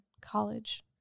college